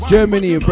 Germany